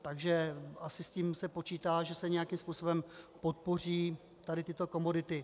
Takže asi s tím se počítá, že se nějakým způsobem podpoří tady tyto komodity.